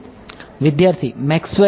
વિદ્યાર્થી મેક્સવેલનું